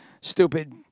Stupid